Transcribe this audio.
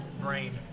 brain